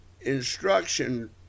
instruction